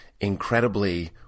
incredibly